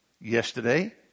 yesterday